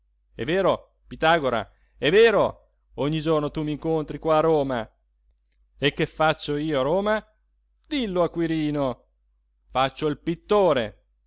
è vero pitagora è vero ogni giorno tu m'incontri qua a roma e che faccio io a roma dillo a quirino faccio il pittore